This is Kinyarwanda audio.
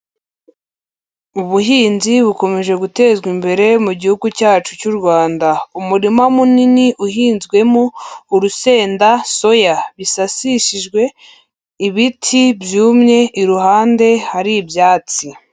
Ubuhinzi bukomeje gutezwa imbere mu gihugu cyacu cy'u Rwanda. Umurima munini uhinzwemo urusenda, soya bisasishijwe ibiti byumye, iruhande hari ibyatsi.